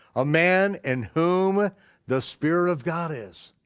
a man in whom the spirit of god is?